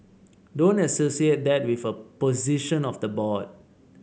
don't associate that with a position of the board